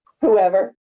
whoever